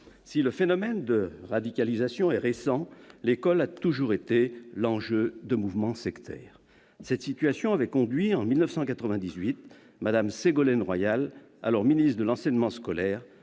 Si le phénomène de radicalisation est récent, l'école a toujours été l'enjeu de mouvements sectaires. Cette situation avait conduit, en 1998, Mme Ségolène Royal, alors ministre déléguée à l'enseignement scolaire,